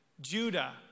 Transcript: Judah